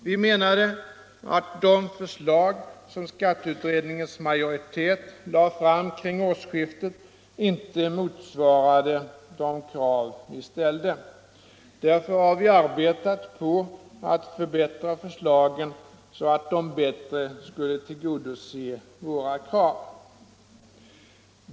Vi menade att de förslag som skatteutredningens majoritet lade fram kring årsskiftet inte motsvarade de krav vi ställde. Därför har vi arbetat på att förbättra förslagen, så att de skulle tillgodose våra krav bättre.